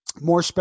more